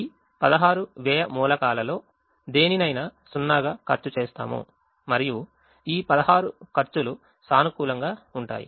ఈ 16 వ్యయ మూలకాలలో దేనినైనా 0 గా ఖర్చు చేస్తాము మరియు ఈ 16 ఖర్చులు సానుకూలంగా ఉంటాయి